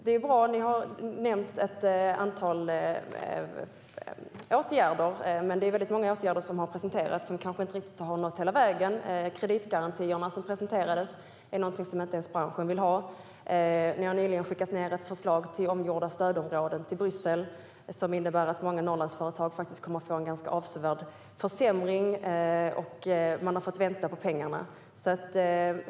Det är bra att ni har nämnt ett antal åtgärder, men många åtgärder som har presenterats har kanske inte riktigt nått hela vägen. De kreditgarantier som presenterats vill inte ens branschen ha. Ni har nyligen skickat ned ett förslag till omgjorda stödområden till Bryssel, som innebär att många Norrlandsföretag kommer att få en avsevärd försämring. De har fått vänta på pengarna.